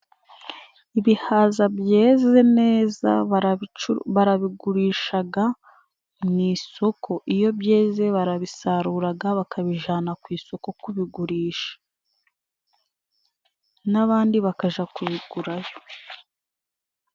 Ibihaza byeze neza barabigurishaga mu isoko. Iyo byeze barabisaruraga bakabijana ku isoko kubigurisha, n'abandi bakaja kubigurayo.